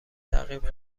تعقیب